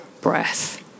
breath